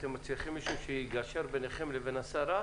אתם צריכים מישהו שיגשר ביניכם לבין השרה?